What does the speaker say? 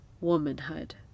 Womanhood